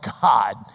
God